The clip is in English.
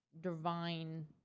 divine